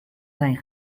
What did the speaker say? zijn